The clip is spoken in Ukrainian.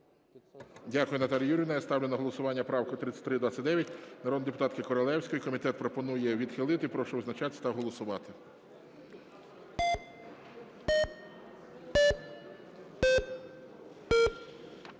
Дякую, Наталіє Юріївно. Я ставлю на голосування правку 3329 народної депутатки Королевської. Комітет пропонує відхилити. Прошу визначатись та голосувати.